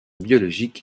biologique